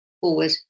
forward